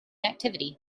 activity